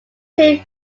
change